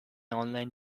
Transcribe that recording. online